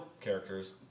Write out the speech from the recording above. characters